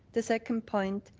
the second point,